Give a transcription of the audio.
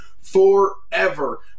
Forever